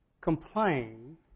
complain